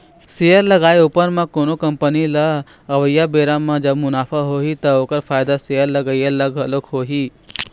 share लगाए उपर म कोनो कंपनी ल अवइया बेरा म जब मुनाफा होही ता ओखर फायदा शेयर लगइया ल घलोक होही